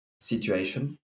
situation